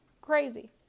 Crazy